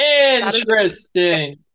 interesting